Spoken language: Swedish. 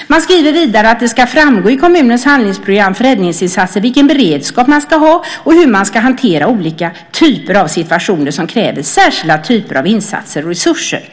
Utskottet skriver att det ska framgå i kommunens handlingsprogram för räddningsinsatser vilken beredskap man ska ha och hur man ska hantera olika typer av situationer som kräver särskilda typer av insatser och resurser.